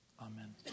Amen